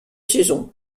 saison